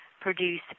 produce